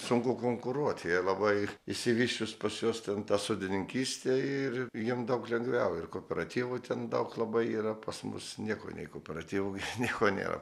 sunku konkuruoti jie labai išsivysčius pas juos ten ta sodininkystė ir jiem daug lengviau ir kooperatyvų ten daug labai yra pas mus nieko nei kooperatyvų nieko nėra